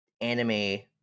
anime